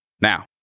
Now